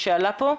שעלה פה?